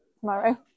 tomorrow